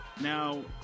Now